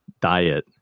diet